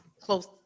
close